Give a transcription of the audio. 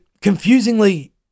confusingly